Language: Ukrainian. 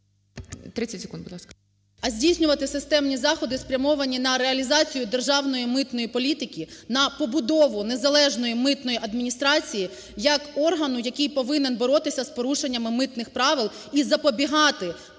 30 секунд, будь ласка.